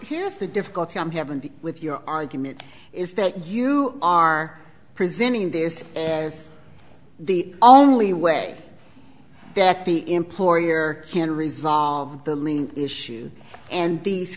here's the difficulty i'm having with your argument is that you are presenting this as the only way that the employer can resolve the issue and these